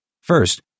First